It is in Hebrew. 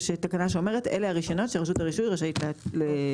יש תקנה שאומרת שאלה הרישיונות שרשות הרישוי רשאית להוציא.